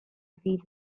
ddydd